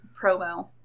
promo